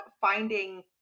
finding